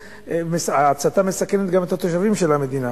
וההצתה מסכנת גם את תושבי המדינה,